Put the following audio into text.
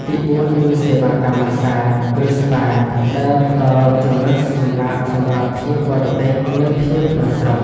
ផ្នែកទីបួនគឺសេវាកម្មម៉ាស្សា ឬស្ពា ដែលផ្តល់ជម្រើសសម្រាកសម្រាប់ភ្ញៀវបរទេស និងភ្ញៀវក្នុងស្រុក។